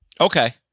okay